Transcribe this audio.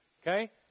Okay